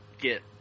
get